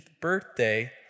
birthday